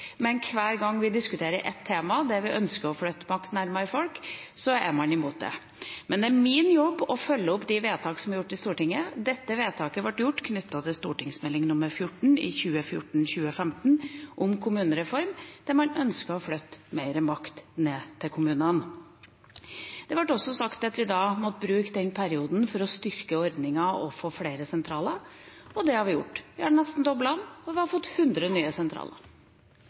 men hver gang vi diskuterer et tema der vi ønsker å flytte makt nærmere folk, er man imot det. Det er min jobb å følge opp de vedtakene som er gjort i Stortinget. Dette vedtaket ble altså gjort knyttet til Meld. St. nr. 14 for 2014–2015, om kommunereformen, der man ønsket å flytte mer makt ned til kommunene. Det ble også sagt at vi måtte bruke denne perioden for å styrke ordningen og få flere sentraler, og det har vi gjort. Vi har nesten doblet den, og vi har fått 100 nye sentraler.